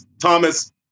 Thomas